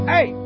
Hey